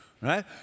right